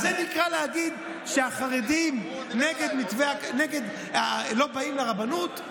אז זה נקרא להגיד שהחרדים לא באים לרבנות?